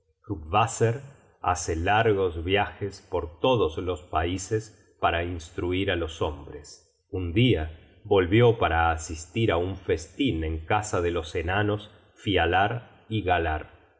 á todo qvaser hace largos viajes por todos los paises para instruir á los hombres un dia volvió para asistir á un festin en casa de los enanos fialar y galar